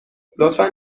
لطفا